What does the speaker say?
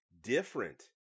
different